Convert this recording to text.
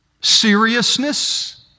seriousness